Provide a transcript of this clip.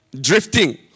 drifting